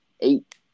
Eight